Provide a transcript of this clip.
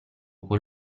quel